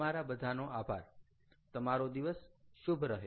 તમારા બધાનો આભાર તમારો દિવસ શુભ રહે